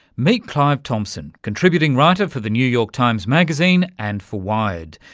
meet clive thompson, contributing writer for the new york times magazine and for wired.